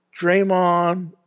Draymond